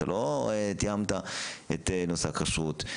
אתה לא תיאמת את נושא הכשרות,